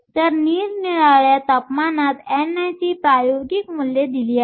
तर निरनिराळ्या तापमानात ni ची प्रायोगिक मूल्ये दिली आहेत